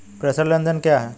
प्रेषण लेनदेन क्या है?